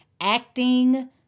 acting